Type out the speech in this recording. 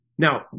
Now